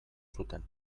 zuten